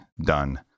done